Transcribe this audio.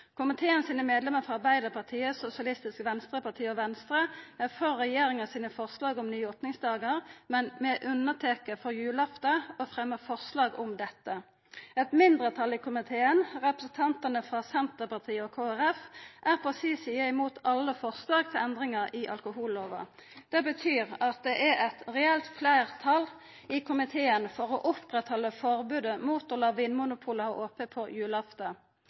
frå regjering om endring av alkohollova. Medlemmene i komiteen, frå Arbeidarpartiet, Sosialistisk Venstreparti og Venstre, er for regjeringa sine forslag om nye opningsdagar, men med unntak for julaftan, og fremjar forslag om dette. Eit mindretal i komiteen, representantane frå Senterpartiet og Kristeleg Folkeparti, er på si side imot alle forslag til endringar i alkohollova. Det betyr at det er eit reelt fleirtal i komiteen for å oppretthalda forbodet mot å la Vinmonopolet ha ope